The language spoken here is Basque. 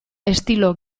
estilo